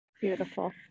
beautiful